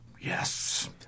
yes